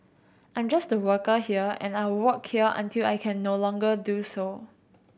I'm just a worker here and I will work here until I can no longer do so